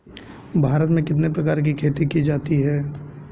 भारत में कितने प्रकार की खेती की जाती हैं?